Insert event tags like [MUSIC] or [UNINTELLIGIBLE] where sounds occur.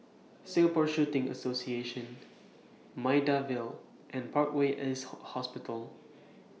Singapore Shooting Association Maida Vale and Parkway East [UNINTELLIGIBLE] Hospital